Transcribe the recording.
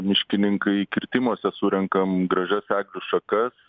miškininkai kirtimuose surenkam gražias eglių šakas